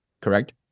correct